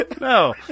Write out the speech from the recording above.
No